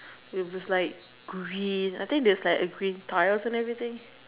it was like green I think that's like a green Tyre and everything